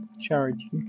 charity